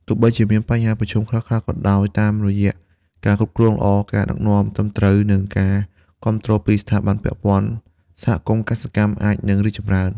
ទោះបីជាមានបញ្ហាប្រឈមខ្លះៗក៏ដោយ តាមរយៈការគ្រប់គ្រងល្អ ការដឹកនាំត្រឹមត្រូវ និងការគាំទ្រពីស្ថាប័នពាក់ព័ន្ធ សហគមន៍កសិកម្មអាចនឹងរីកចម្រើន។